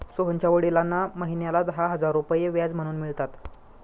सोहनच्या वडिलांना महिन्याला दहा हजार रुपये व्याज म्हणून मिळतात